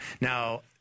Now